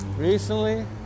Recently